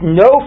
no